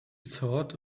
thought